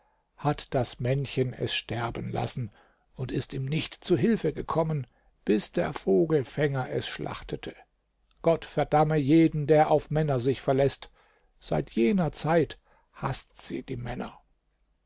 hat das männchen es sterben lassen und ist ihm nicht zu hilfe gekommen bis der vogelfänger es schlachtete gott verdamme jeden der auf männer sich verläßt seit jener zeit haßt sie die männer